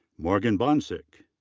morgan boncyk.